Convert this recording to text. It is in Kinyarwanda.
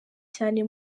cyane